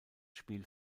spiel